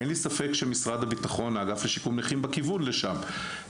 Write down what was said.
אין לי ספק שמשרד הביטחון והאגף לשיקום נכים בכיוון לשם,